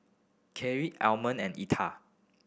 Kathlyn Almon and Etta